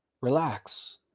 Relax